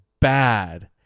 bad